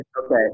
Okay